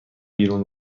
بیرون